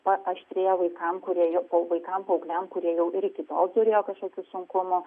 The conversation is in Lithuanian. paaštrėja vaikam kurie vaikams paaugliams kurie jau ir iki tol turėjo kažkokių sunkumų